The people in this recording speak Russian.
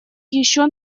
еще